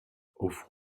auf